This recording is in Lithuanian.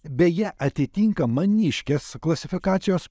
beje atitinka maniškės klasifikacijos